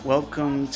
Welcome